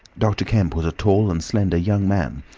dr. kemp was a tall and slender young man,